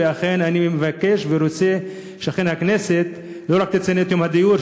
ולכן אני מבקש ורוצה שאכן הכנסת לא רק תציין את יום הדיור,